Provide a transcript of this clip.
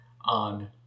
on